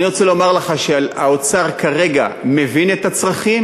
אני רוצה לומר לך שהאוצר כרגע מבין את הצרכים,